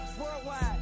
worldwide